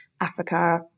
Africa